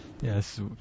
Yes